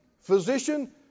Physician